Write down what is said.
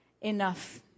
enough